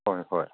ꯍꯣꯏ ꯍꯣꯏ